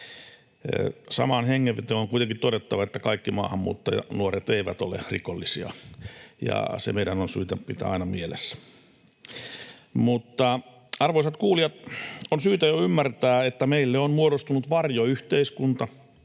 Samaan hengenvetoon on kuitenkin todettava, että kaikki maahanmuuttajanuoret eivät ole rikollisia, ja se meidän on syytä pitää aina mielessä. Arvoisat kuulijat! On syytä jo ymmärtää, että meille on muodostunut varjoyhteiskunta